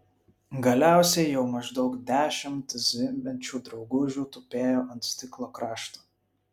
galiausiai jau maždaug dešimt zvimbiančių draugužių tupėjo ant stiklo krašto